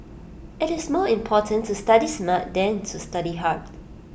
IT is more important to study smart than to study hard